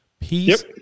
Peace